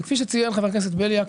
וכפי שציין חבר הכנסת בליאק,